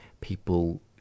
people